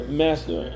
master